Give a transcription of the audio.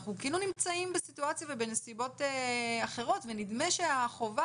ואנחנו כאילו נמצאים בסיטואציה ובנסיבות אחרות ונדמה שהחובה